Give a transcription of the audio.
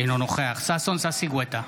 אינו נוכח ששון ששי גואטה,